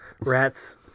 rats